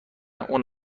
اون